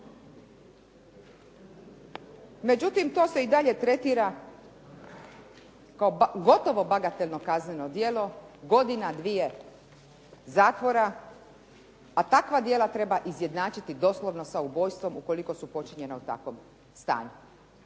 Međutim, to se i dalje tretira kao gotovo bagatelno kazneno djelo, godina dvije zatvora, a takva djela treba izjednačiti doslovno sa ubojstvo ukoliko su počinjena u takvom stanju.